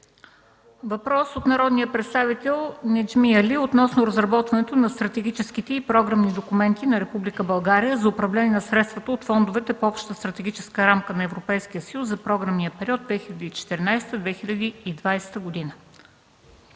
Въпрос от народния представител Неджми Али относно разработването на стратегическите и програмни документи на Република България за управление на средствата от фондовете по Общата стратегическа рамка на Европейския съюз за програмния период 2014-2020 г.